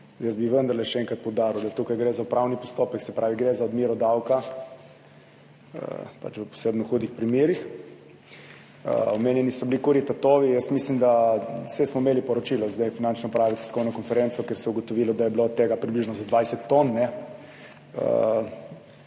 Jaz bi vendarle še enkrat poudaril, da gre tukaj za upravni postopek, se pravi, gre za odmero davka v posebno hudih primerih. Omenjeni so bili kurji tatovi. Saj smo imeli poročilo Finančne uprave, tiskovno konferenco, kjer se je ugotovilo, da je bilo tega približno za 20 ton,